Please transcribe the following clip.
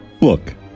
look